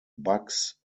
bucks